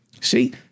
See